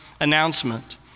announcement